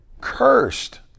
Cursed